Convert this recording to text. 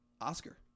Oscar